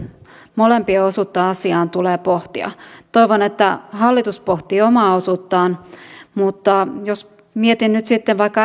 molempien osuutta asiaan tulee pohtia toivon että hallitus pohtii omaa osuuttaan mutta jos mietin nyt sitten vaikka